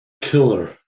killer